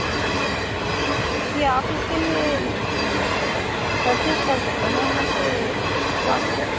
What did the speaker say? جی جی یہ آفس کے لیے پرچیز کر سکتے میم آپ کے شاپ سے